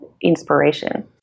inspiration